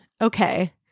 okay